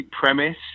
premise